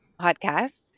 podcasts